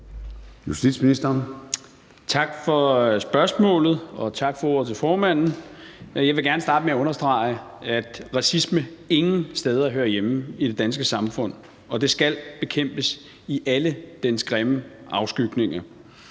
Hummelgaard): Tak for spørgsmålet. Og tak til formanden for ordet. Jeg vil gerne starte med understrege, at racisme ingen steder hører hjemme i det danske samfund, og den skal bekæmpes i alle dens grimme afskygninger.